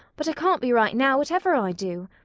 but i can't be right now whatever i do.